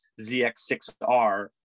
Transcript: ZX6R